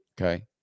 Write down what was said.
Okay